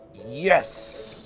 yes!